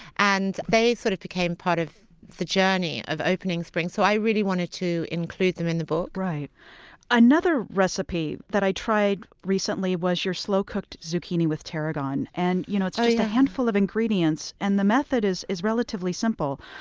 and they sort of became part of the journey of opening spring. so i really wanted to include them in the book another recipe that i tried recently was your slow-cooked zucchini with tarragon. and you know it's just a yeah handful of ingredients, and the method is is relatively simple,